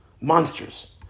Monsters